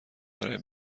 برای